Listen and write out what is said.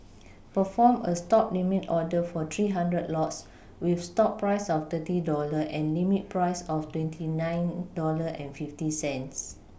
perform a stop limit order for three hundred lots with stop price of thirty dollar and limit price of twenty nine dollar and fifty cents